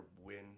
win